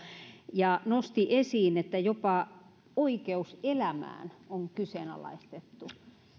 ja nosti esiin että jopa oikeus elämään on kyseenalaistettu